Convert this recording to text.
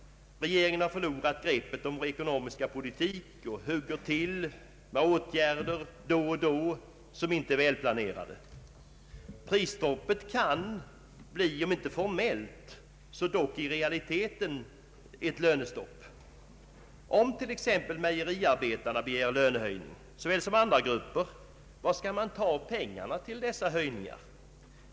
Regeringen har förlorat greppet om vår ekonomiska politik och hugger då och då till med åtgärder som inte är välplanerade. Prisstoppet kan lätt leda till ett lönestopp, om inte formellt så dock i realiteten. Om t.ex. mejeriarbetarna såväl som andra grupper begär lönehöjning, var skall pengarna tas till dessa höjningar?